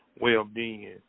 well-being